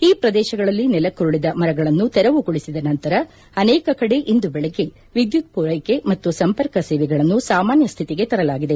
ಈ ಪ್ರದೇಶಗಳಲ್ಲಿ ನೆಲಕ್ಕುರುಳಿದ ಮರಗಳನ್ನು ತೆರವುಗೊಳಿಸಿದ ನಂತರ ಅನೇಕ ಕಡೆ ಇಂದು ಬೆಳಗ್ಗೆ ವಿದ್ದುತ್ ಪೂರೈಕೆ ಮತ್ತು ಸಂಪರ್ಕ ಸೇವೆಗಳನ್ನು ಸಾಮಾನ್ಯ ಸ್ಕಿತಿಗೆ ತರಲಾಗಿದೆ